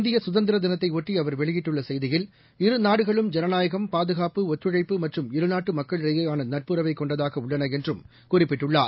இந்தியசுதந்திரதினத்தைஒட்டி அவர் வெளியிட்டுள்ளசெய்தியில் இருநாடுகளும் பாதுகாப்பு ஒத்துழைப்பு மற்றும் இருநாட்டுமக்களிடையேயாளநட்புறவை கொண்டதாகஉள்ளனஎன்றம் குறிப்பிட்டுள்ளார்